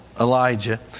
Elijah